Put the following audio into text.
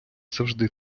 завжди